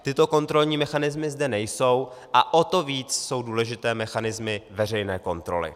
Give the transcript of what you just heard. Tyto kontrolní mechanismy zde nejsou a o to více jsou důležité mechanismy veřejné kontroly.